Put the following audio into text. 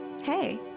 Hey